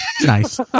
Nice